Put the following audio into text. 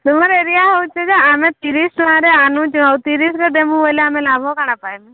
ତୁମର ଏରିଆ ହେଉଛି ଯେ ଆମେ ତିରିଶ ଟଙ୍କାରେ ଆଣୁଛୁ ଆଉ ତିରିଶରେ ଦେବୁ ବୋଲେ ଆମେ ଲାଭ କ'ଣ ପାଇବି